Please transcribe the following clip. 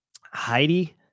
heidi